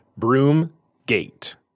Broomgate